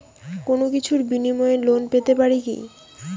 কোনো কিছুর বিনিময়ে লোন পেতে পারি কি?